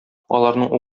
аларның